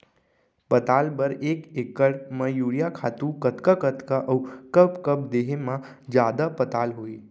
पताल बर एक एकड़ म यूरिया खातू कतका कतका अऊ कब कब देहे म जादा पताल होही?